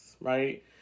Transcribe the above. right